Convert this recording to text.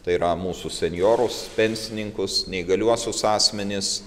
tai yra mūsų senjorus pensininkus neįgaliuosius asmenis